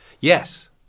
Yes